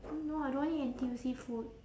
no I don't want eat N_T_U_C food